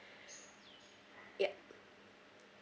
ya